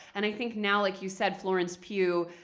and i think now, like you said, florence pugh,